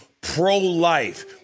pro-life